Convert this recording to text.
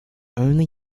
only